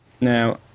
Now